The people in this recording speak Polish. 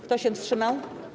Kto się wstrzymał?